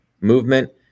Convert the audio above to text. movement